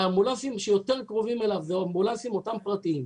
והאמבולנסים שיותר קרובים אליו זה אותם אמבולנסים פרטיים.